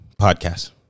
podcast